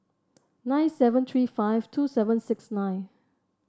nine seven three five two seven six nine